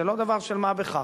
זה לא דבר של מה בכך.